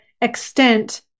extent